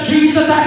Jesus